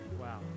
Wow